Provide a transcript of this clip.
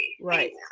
Right